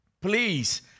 Please